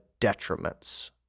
detriments